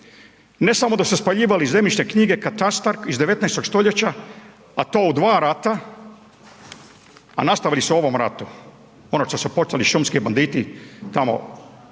Ne samo da su spaljivali zemljišne knjige, katastar iz 19. st., a to u dva rata, a nastavili su u ovom ratu, ono što su počeli šumski banditi tamo